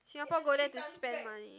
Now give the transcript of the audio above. Singapore go there to spend money